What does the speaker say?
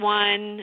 one